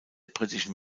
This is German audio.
britischen